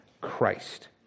Christ